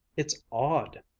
it's odd,